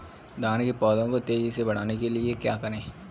धान के पौधे को तेजी से बढ़ाने के लिए क्या करें?